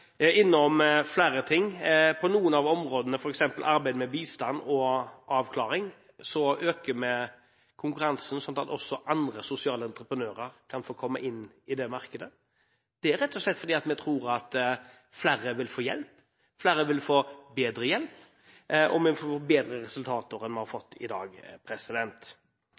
innom flere ting. På noen av områdene, f.eks. arbeid med bistand og avklaring, øker vi konkurransen, slik at også andre sosiale entreprenører kan få komme inn i det markedet. Det er rett og slett fordi vi tror at flere vil få hjelp, at flere vil få bedre hjelp, og at vi vil få bedre resultater enn i dag. Denne regjeringen har